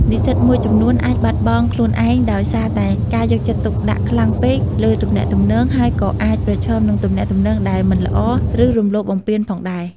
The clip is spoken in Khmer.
និស្សិតមួយចំនួនអាចបាត់បង់ខ្លួនឯងដោយសារតែការយកចិត្តទុកដាក់ខ្លាំងពេកលើទំនាក់ទំនង ហើយក៏អាចប្រឈមនឹងទំនាក់ទំនងដែលមិនល្អ ឬរំលោភបំពានផងដែរ។